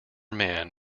man